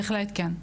כן.